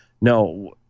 No